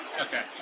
Okay